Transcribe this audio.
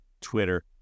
Twitter